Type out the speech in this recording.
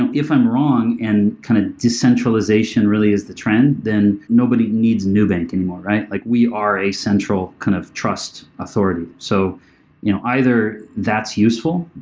and if i'm wrong and kind of decentralization really is the trend, then nobody needs nubank anymore, right? like we are a central kind of trust authority. so you know either that's useful.